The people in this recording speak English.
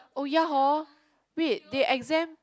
oh ya hor wait the exam